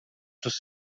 dos